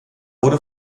wurde